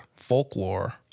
folklore